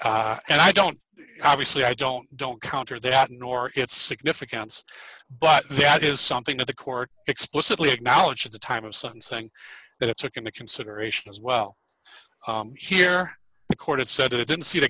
and i don't obviously i don't don't counter that nor its significance but that is something that the court explicitly acknowledged at the time of son saying that it's ok to consideration as well here the court said it didn't see th